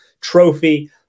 trophy